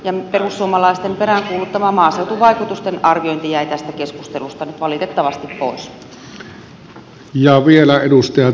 ja perussuomalaisten peräänkuuluttama maaseutuvaikutusten arviointi jäi tästä keskustelusta nyt valitettavasti pois